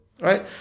Right